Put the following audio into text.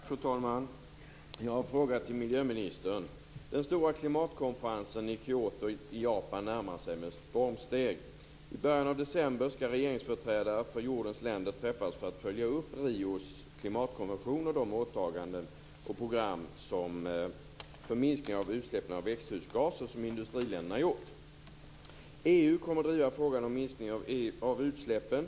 Fru talman! Jag har en fråga till miljöministern. Den stora klimatkonferensen i Kyoto i Japan närmar sig med stormsteg. I början av december skall regeringsföreträdare från jordens länder träffas för att följa upp Rios klimatkonvention och de åtaganden och program för minskning av utsläppen av växthusgaser som industriländerna har gjort. EU kommer att driva frågan om minskning av utsläppen.